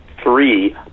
Three